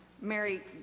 Mary